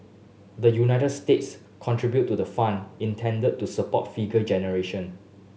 the United States contribute to the fund intended to support figure generation